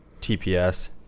TPS